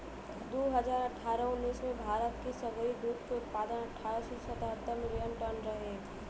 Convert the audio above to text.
दू हज़ार अठारह उन्नीस में भारत के सगरी दूध के उत्पादन अठारह सौ सतहत्तर मिलियन टन रहे